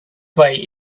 way